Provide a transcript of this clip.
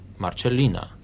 Marcellina